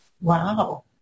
Wow